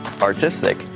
artistic